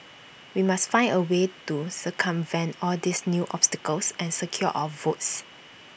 we must find A way to circumvent all these new obstacles and secure our votes